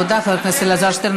תודה, חבר הכנסת אלעזר שטרן.